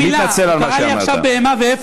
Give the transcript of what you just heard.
לכן, לכבודה של הכנסת